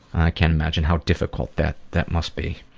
i can't imagine how difficult that, that must be.